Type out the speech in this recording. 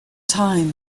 time